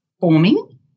forming